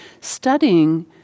studying